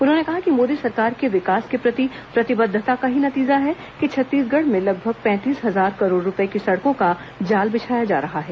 उन्होंने कहा कि मोदी सरकार की विकास के प्रति प्रतिबद्दता का ही नतीजा है कि छत्तीसगढ़ में लगभग पैंतीस हजार करोड़ रूपये की सड़कों का जाल बिछाया जा रहा है